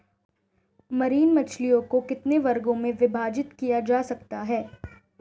Marine मछलियों को कितने वर्गों में विभाजित किया जा सकता है?